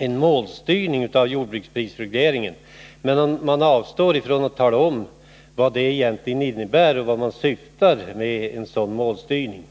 en målstyrning av jordbruksprisregleringen, men man avstår från att tala om vad en sådan egentligen innebär och vart man syftar med den.